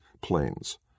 planes